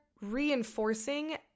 reinforcing